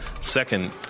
Second